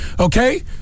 Okay